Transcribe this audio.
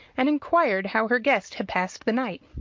and inquired how her guest had passed the night.